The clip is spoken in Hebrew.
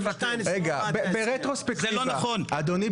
אדוני,